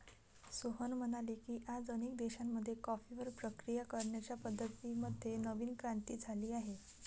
सोहन म्हणाले की, आज अनेक देशांमध्ये कॉफीवर प्रक्रिया करण्याच्या पद्धतीं मध्ये नवीन क्रांती झाली आहे